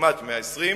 כמעט 120,